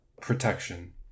protection